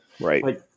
Right